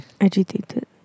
Agitated